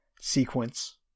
sequence